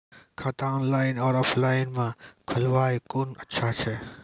खाता ऑनलाइन और ऑफलाइन म खोलवाय कुन अच्छा छै?